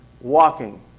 Walking